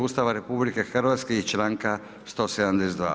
Ustava RH i članka 172.